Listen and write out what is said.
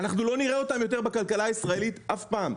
אנחנו לא נראה אותו יותר בכלכלה הישראלית אף פעם,